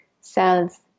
cells